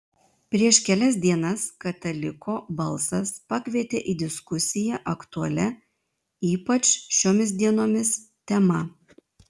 prieš kelias dienas kataliko balsas pakvietė į diskusiją aktualia ypač šiomis dienomis tema